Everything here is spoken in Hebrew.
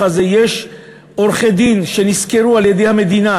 הזה: יש עורכי-דין שנשכרו על-ידי המדינה,